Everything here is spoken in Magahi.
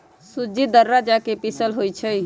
सूज़्ज़ी दर्रा जका पिसल होइ छइ